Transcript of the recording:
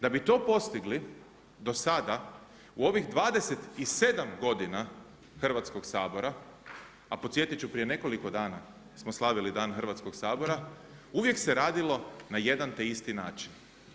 Da bi to postigli do sada u ovih 27 godina Hrvatskog sabora, a podsjetit ću prije nekoliko dana smo slavili Dan Hrvatskog sabora uvijek se radilo na jedan te isti način.